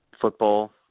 football